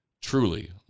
truly